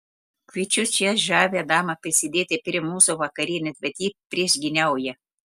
kviečiu šią žavią damą prisidėti prie mūsų vakarienės bet ji priešgyniauja